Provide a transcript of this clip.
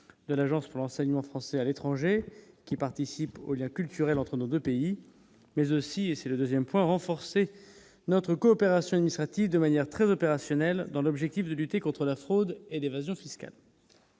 de l'agence pour l'enseignement français à l'étranger qui participent aux Liens culturels entre nos 2 pays mais aussi et c'est le 2ème Point renforcer notre coopération initiatives de manière très opérationnelle dans l'objectif de lutter contre la fraude et d'évasion fiscale,